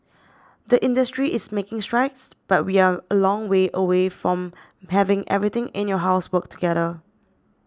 the industry is making strides but we are a long way away from having everything in your house work together